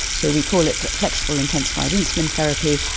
so we call it flexible intensified insulin therapy,